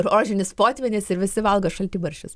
rožinis potvynis ir visi valgo šaltibarščius